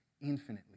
infinitely